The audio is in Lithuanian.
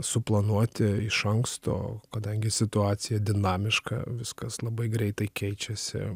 suplanuoti iš anksto kadangi situacija dinamiška viskas labai greitai keičiasi